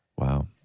Wow